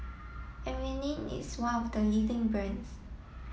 Avene is one of the leading brands